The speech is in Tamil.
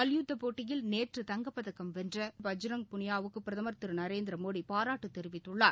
மல்யத்தப் போட்டியில் நேற்று தங்கப்பதக்கம் வென்ற பஜ்ரங் புனியாவுக்கு பிரதம் திரு நரேந்திரமோடி பாராட்டு தெரிவித்துள்ளார்